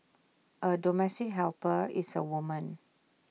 A domestic helper is A woman